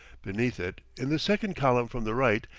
beneath it, in the second column from the right,